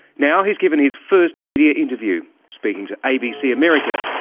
now he's given his first media interview, speaking to abc america,